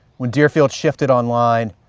when deerfield shifted online,